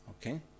Okay